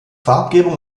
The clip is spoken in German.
farbgebung